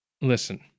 Listen